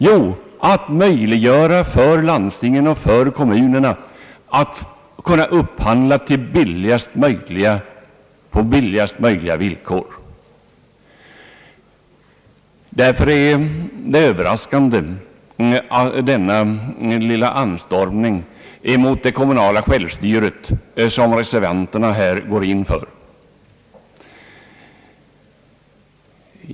Jo, för att möjliggöra för landstingen och för kommunerna att kunna upphandla på billigaste möjliga villkor. Därför är denna anstormning mot det kommunala självstyret som reservanterna här gör ganska överraskande.